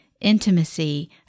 intimacy